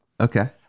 Okay